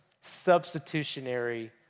substitutionary